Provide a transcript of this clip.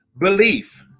belief